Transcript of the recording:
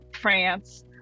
France